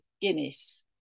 Guinness